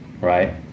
right